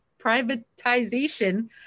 privatization